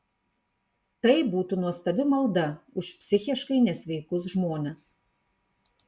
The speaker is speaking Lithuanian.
tai būtų nuostabi malda už psichiškai nesveikus žmones